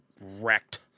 wrecked